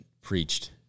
preached